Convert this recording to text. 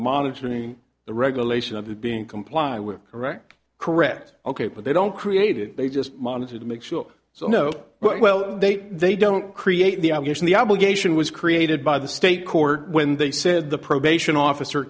monitoring the regulation of it being comply with correct correct ok but they don't create it they just monitor to make sure so no but well they they don't create the obligation the obligation was created by the state court when they said the probation officer